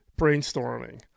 brainstorming